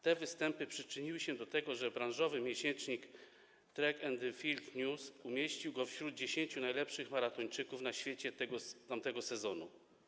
Te występy przyczyniły się do tego, że branżowy miesięcznik „Track & Field News” umieścił go wśród 10 najlepszych maratończyków na świecie tamtego sezonu.